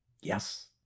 Yes